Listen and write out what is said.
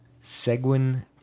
Seguin